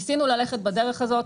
ניסינו ללכת בדרך הזו,